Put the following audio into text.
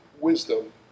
wisdom